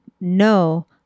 no